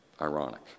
ironic